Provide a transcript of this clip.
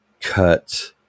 cut